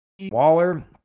Waller